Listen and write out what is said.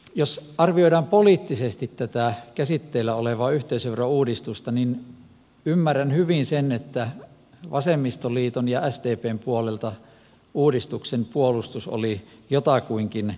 jos arvioidaan poliittisesti tätä käsitteillä olevaa yhteisöverouudistusta niin ymmärrän hyvin sen että vasemmistoliiton ja sdpn puolelta uudistuksen puolustus oli jotakuinkin laimea